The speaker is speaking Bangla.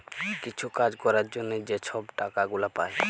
কিছু কাজ ক্যরার জ্যনহে যে ছব টাকা গুলা পায়